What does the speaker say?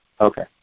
Okay